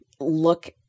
look